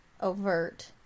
overt